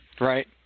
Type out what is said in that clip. Right